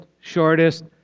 shortest